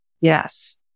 Yes